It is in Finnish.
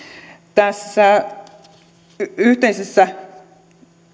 tässä yhteisessä